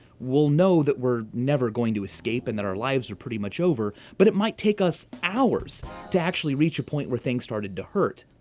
we'll know that we're never going to escape and that our lives are pretty much over, but it might take us hours to actually reach a point where things started to hurt.